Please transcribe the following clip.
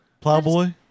Plowboy